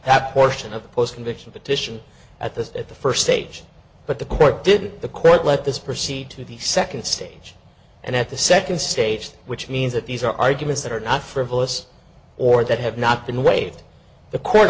that portion of the post conviction petition at the at the first stage but the court did the court let this proceed to the second stage and at the second stage which means that these are arguments that are not frivolous or that have not been waived the co